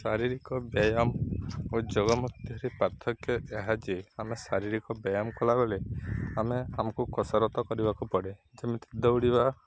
ଶାରୀରିକ ବ୍ୟାୟାମ ଓ ଯୋଗ ମଧ୍ୟରେ ପାର୍ଥକ୍ୟ ଏହା ଯେ ଆମେ ଶାରୀରିକ ବ୍ୟାୟାମ କଲାବେଳେ ଆମେ ଆମକୁ କସରତ କରିବାକୁ ପଡ଼େ ଯେମିତି ଦୌଡ଼ିବା